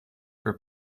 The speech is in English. for